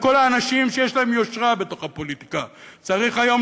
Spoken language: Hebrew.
לכל האנשים שיש להם יושרה בתוך הפוליטיקה: צריך היום